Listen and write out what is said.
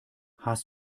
hast